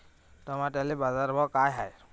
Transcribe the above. टमाट्याले बाजारभाव काय हाय?